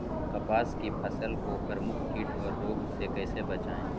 कपास की फसल को प्रमुख कीट और रोग से कैसे बचाएं?